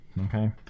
Okay